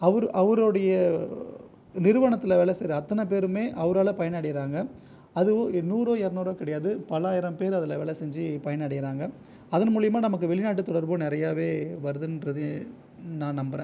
அவரு அவரோடைய நிறுவனத்தில் வேலை செய்கிற அத்தனை பேருமே அவரால பயன் அடைகிறாங்க அதுவும் நூறோ இருநூறோ கிடையாது பலாயிரம் பேர் அதில் வேலை செஞ்சு பயன் அடைகிறாங்க அதன் மூலிமா நமக்கு வெளிநாட்டு தொடர்பு நிறையவே வருதுங்றது நான் நம்புகிறேன்